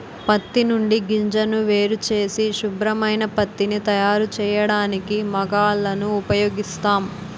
పత్తి నుండి గింజను వేరుచేసి శుభ్రమైన పత్తిని తయారుచేయడానికి మగ్గాలను ఉపయోగిస్తాం